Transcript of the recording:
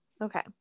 Okay